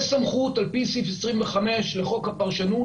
יש סמכות על פי סעיף 25 לחוק הפרשנות,